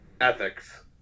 ethics